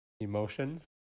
Emotions